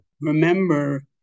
Remember